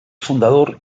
fundador